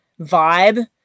vibe